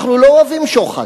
אנחנו לא אוהבים שוחד.